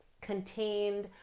contained